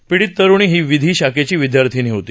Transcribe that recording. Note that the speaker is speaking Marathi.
पीडित तरुणी ही विधी शाखेची विद्यार्थीनी होती